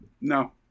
No